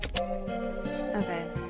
Okay